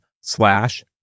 slash